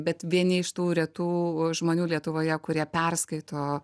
bet vieni iš tų retų žmonių lietuvoje kurie perskaito